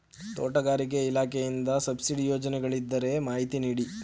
ತೋಟಗಾರಿಕೆ ಇಲಾಖೆಯಿಂದ ಸಬ್ಸಿಡಿ ಯೋಜನೆಗಳಿದ್ದರೆ ಮಾಹಿತಿ ನೀಡಿ?